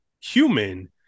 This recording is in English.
human